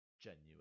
genuine